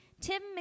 Tim